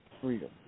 Freedom